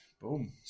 Boom